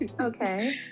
Okay